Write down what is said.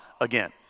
again